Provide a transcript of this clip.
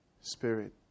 spirit